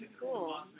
cool